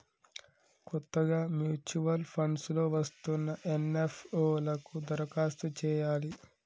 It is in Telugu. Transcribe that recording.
కొత్తగా మ్యూచువల్ ఫండ్స్ లో వస్తున్న ఎన్.ఎఫ్.ఓ లకు దరఖాస్తు చేయాలి